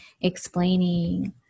explaining